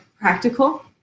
practical